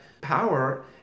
power